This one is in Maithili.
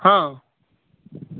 हॅं